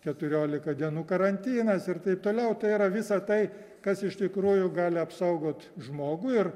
keturioliką dienų karantinas ir taip toliau tai yra visa tai kas iš tikrųjų gali apsaugot žmogų ir